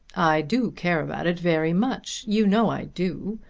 i do care about it very much. you know i do.